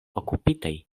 okupitaj